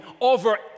over